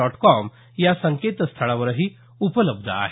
dot com या संकेतस्थळावरही उपलब्ध आहे